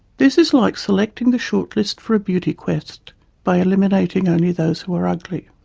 this is like selecting the short-list for a beauty quest by eliminating only those who are ugly.